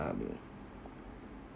um